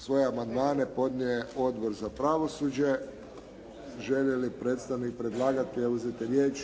Svoje amandmane podnio je Odbor za pravosuđe. Želi li predstavnik predlagatelja uzeti riječ?